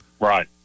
Right